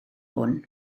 hwn